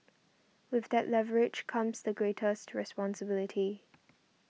with that leverage comes the greatest responsibility